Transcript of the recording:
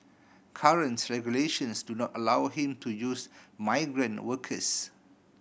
currents regulations do not allow him to use migrant workers